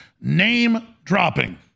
name-dropping